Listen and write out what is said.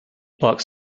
parks